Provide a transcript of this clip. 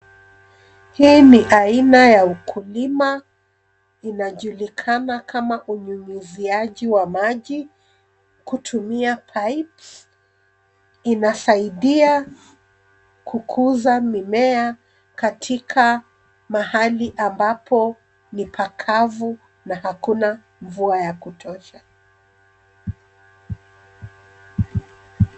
Hii ni aina ya ukulima inajulikana kama unyunyiziaji wa maji kutumia pipes , inasaidia kukuza mimea katika mahali ambapo ni pakavu na hakuna mvua ya kutosha.